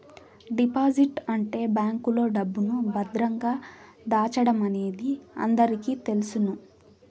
deposit అంటే బ్యాంకులో డబ్బును భద్రంగా దాచడమనేది అందరికీ తెలుసును